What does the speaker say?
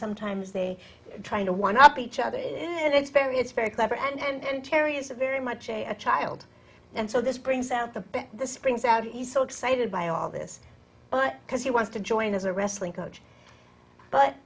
sometimes they try to one up each other and it's very it's very clever and terry is a very much a a child and so this brings out the the springs out he's so excited by all this but because he wants to join as a wrestling coach but